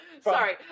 Sorry